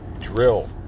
Drill